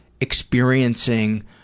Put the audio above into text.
experiencing